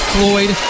Floyd